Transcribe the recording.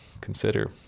consider